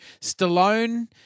Stallone